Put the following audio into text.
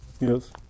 Yes